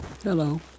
Hello